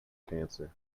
cancer